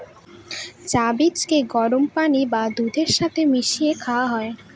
চা বীজকে গরম পানি বা দুধের সাথে মিশিয়ে খাওয়া হয়